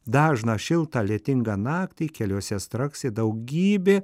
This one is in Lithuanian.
dažną šiltą lietingą naktį keliuose straksi daugybė